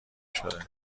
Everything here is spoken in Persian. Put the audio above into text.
شده